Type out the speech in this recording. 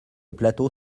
plateau